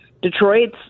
Detroit's